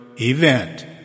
event